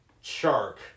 shark